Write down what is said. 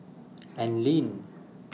Anlene